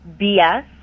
BS